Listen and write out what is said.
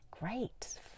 great